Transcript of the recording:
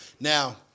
Now